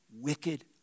wicked